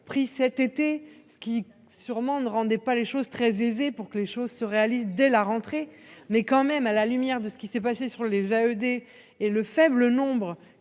pris cet été ce qui sûrement ne rendait pas les choses très aisé pour que les choses se réalise dès la rentrée, mais quand même à la lumière de ce qui s'est passé sur les à ED et le faible nombre